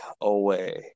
away